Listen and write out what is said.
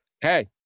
Hey